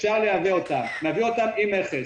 אפשר לייבא אותם עם מכס.